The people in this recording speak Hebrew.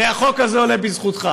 הרי החוק הזה עולה בזכותך.